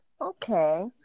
Okay